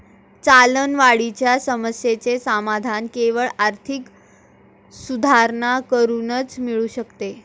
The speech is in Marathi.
चलनवाढीच्या समस्येचे समाधान केवळ आर्थिक सुधारणा करूनच मिळू शकते